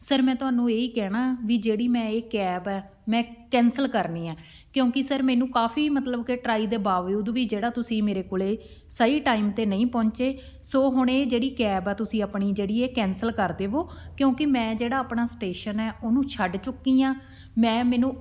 sir ਮੈਂ ਤੁਹਾਨੂੰ ਇਹੀ ਕਹਿਣਾ ਵੀ ਜਿਹੜੀ ਮੈਂ ਇਹ ਕੈਬ ਹੈ ਮੈਂ ਕੈਂਸਲ ਕਰਨੀ ਆ ਕਿਉਂਕਿ ਸਰ ਮੈਨੂੰ ਕਾਫੀ ਮਤਲਬ ਕਿ ਟਰਾਈ ਦੇ ਬਾਵਜੂਦ ਵੀ ਜਿਹੜਾ ਤੁਸੀਂ ਮੇਰੇ ਕੋਲ ਸਹੀ ਟਾਈਮ 'ਤੇ ਨਹੀਂ ਪਹੁੰਚੇ ਸੋ ਹੁਣ ਇਹ ਜਿਹੜੀ ਕੈਬ ਆ ਤੁਸੀਂ ਆਪਣੀ ਜਿਹੜੀ ਕੈਂਸਲ ਕਰ ਦੇਵੋ ਕਿਉਂਕਿ ਮੈਂ ਜਿਹੜਾ ਆਪਣਾ ਸਟੇਸ਼ਨ ਹੈ ਉਹਨੂੰ ਛੱਡ ਚੁੱਕੀ ਹਾਂ ਮੈਂ ਮੈਨੂੰ